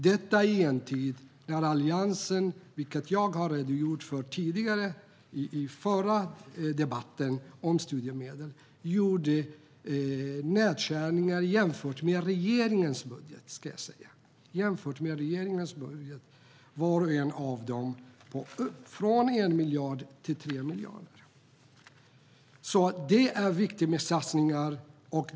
Detta gör vi i en tid där Alliansen - vilket jag har redogjort för tidigare i förra debatten om studiemedel - gjorde nedskärningar jämfört med regeringens budget, var och en av dem från 1 miljard till 3 miljarder. Det är viktigt med satsningar.